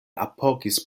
apogis